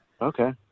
Okay